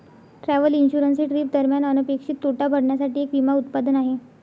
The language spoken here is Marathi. ट्रॅव्हल इन्शुरन्स हे ट्रिप दरम्यान अनपेक्षित तोटा भरण्यासाठी एक विमा उत्पादन आहे